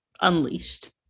unleashed